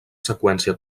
seqüència